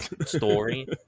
story